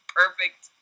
perfect